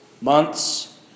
months